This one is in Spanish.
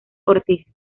ortiz